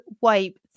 wipe